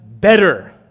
better